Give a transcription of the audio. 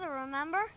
remember